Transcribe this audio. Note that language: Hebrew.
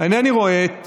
אינני רואה את